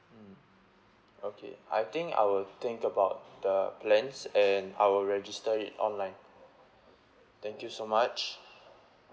mm okay I think I will think about the plans and I will register it online thank you so much